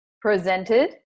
presented